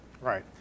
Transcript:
right